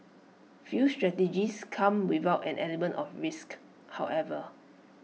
few strategies come without an element of risk however